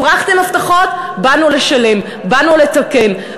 הפרחתם הבטחות, באנו לשלם, באנו לתקן.